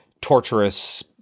torturous